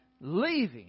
Leaving